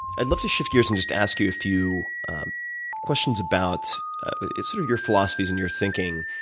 i'd love to shift gears, and just ask you a few questions about sort of your philosophies and your thinking,